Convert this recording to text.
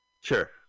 Sure